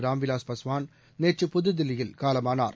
ராம்விவாஸ் பஸ்வான் நேற்று புதுதில்லியில் காலமானார்